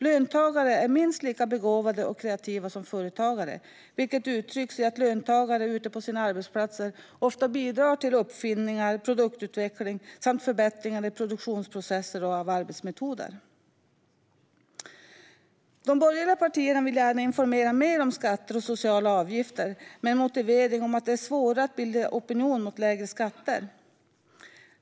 Löntagare är minst lika begåvade och kreativa som företagare, vilket uttrycks i att löntagare ute på sina arbetsplatser ofta bidrar till uppfinningar, produktutveckling och förbättringar av produktionsprocesser och arbetsmetoder. De borgerliga partierna vill gärna informera mer om skatter och sociala avgifter med motiveringen att det är svårt att bilda opinion mot lägre skatter.